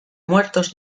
muertos